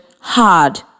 hard